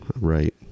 Right